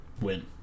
Win